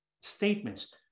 statements